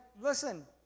listen